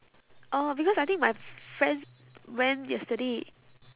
oh because I think my friends went yesterday